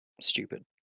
stupid